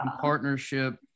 partnership